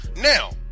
Now